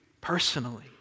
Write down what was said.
personally